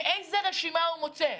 מאיזו רשימה הוא מוצא?